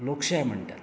लोकशाय म्हणटा